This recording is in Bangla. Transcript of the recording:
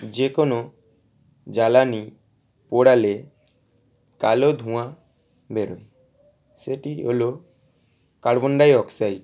যে কোনো জ্বালানি পোড়ালে কালো ধোঁয়া বেরোয় সেটি হল কার্বন ডাইঅক্সাইড